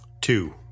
Two